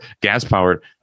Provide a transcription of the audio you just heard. gas-powered